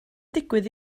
digwydd